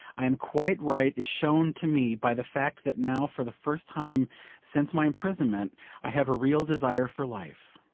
i am quite right is shown to me by the fact that now for the first time since my imprisonment i have a real desire for life.